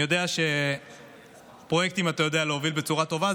אני יודע שאתה יודע להוביל פרויקטים בצורה טובה,